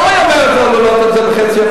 למה היא אומרת לא להעלות את זה ב-0.5%?